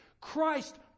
Christ